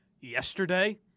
yesterday